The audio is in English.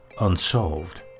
unsolved